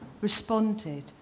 responded